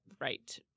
right